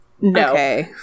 No